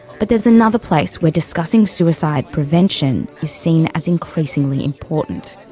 but there is another place where discussing suicide prevention is seen as increasingly important,